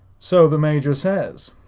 so the major says,